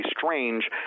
strange